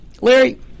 Larry